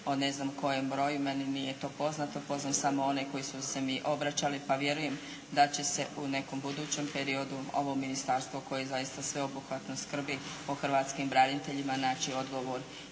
o ne znam kojem broju nije mi to poznato, poznam samo one koji su mi se obraćali pa vjerujem da će se u nekom budućem periodu ovo Ministarstvo koje zaista sveobuhvatno skrbi o hrvatskim braniteljima naći odgovor